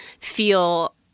feel